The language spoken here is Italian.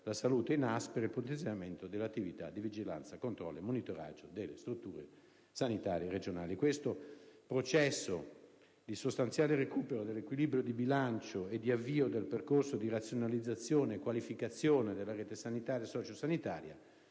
la salute (NAS) per il potenziamento dell'attività di vigilanza, controllo e monitoraggio delle strutture sanitarie regionali. Questo processo di sostanziale recupero dell'equilibrio di bilancio e di avvio del percorso di razionalizzazione e qualificazione della rete sanitaria e sociosanitaria